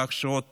כך שעוד